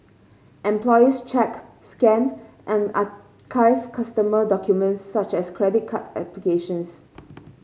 employees check scan and archive customer documents such as credit card applications